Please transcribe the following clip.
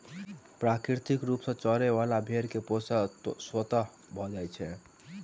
प्राकृतिक रूप सॅ चरय बला भेंड़ के पोषण स्वतः भ जाइत छै